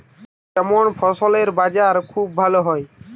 কেমন ফসলের বাজার খুব ভালো হয়?